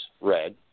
red